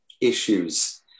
issues